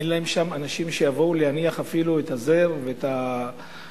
אין להם אנשים שיבואו להניח שם אפילו את הזר ואת הדגל,